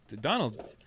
donald